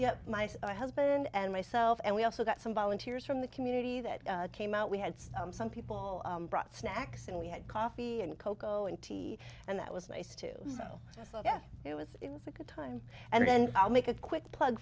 yeah my husband and myself and we also got some volunteers from the community that came out we had some people brought snacks and we had coffee and cocoa and tea and that was nice to know it was it was a good time and then i'll make a quick plug